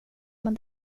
men